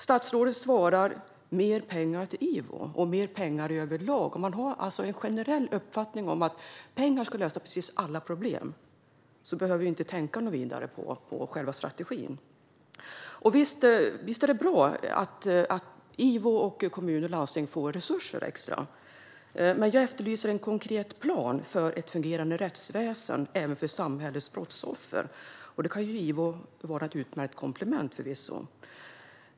Statsrådet svarar: mer pengar till IVO och mer pengar överlag. Man har alltså en generell uppfattning om att pengar ska lösa precis alla problem och att vi inte behöver tänka vidare på själva strategin. Visst är det bra att såväl IVO som kommuner och landsting får extra resurser. Men jag efterlyser en konkret plan för ett fungerande rättsväsen även för samhällets brottsoffer. Då kan förvisso IVO vara ett utmärkt komplement.